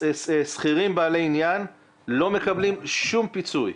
שכירים בעלי עניין לא מקבלים שום פיצוי.